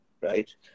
right